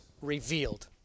revealed